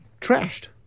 trashed